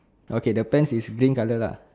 okay the pants is green colour lah